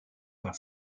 par